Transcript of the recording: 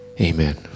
Amen